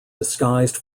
disguised